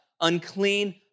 unclean